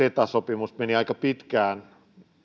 ceta sopimus meni tavallaan aika pitkään